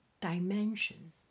dimension